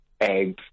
eggs